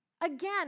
Again